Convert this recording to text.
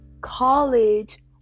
college